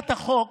הצעת החוק